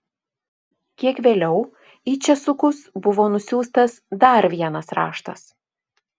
kiek vėliau į česukus buvo nusiųstas dar vienas raštas